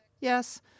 yes